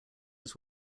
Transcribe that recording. his